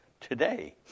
today